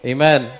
Amen